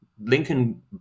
Lincoln